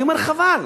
אני אומר: חבל,